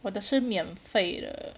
我的是免费的